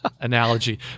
analogy